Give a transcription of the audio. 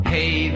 Hey